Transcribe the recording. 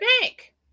bank